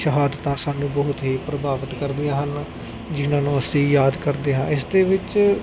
ਸ਼ਹਾਦਤਾਂ ਸਾਨੂੰ ਬਹੁਤ ਹੀ ਪ੍ਰਭਾਵਿਤ ਕਰਦੀਆਂ ਹਨ ਜਿਹਨਾਂ ਨੂੰ ਅਸੀਂ ਯਾਦ ਕਰਦੇ ਹਾਂ ਇਸ ਦੇ ਵਿੱਚ